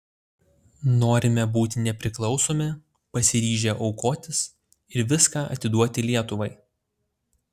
norime būti nepriklausomi pasiryžę aukotis ir viską atiduoti lietuvai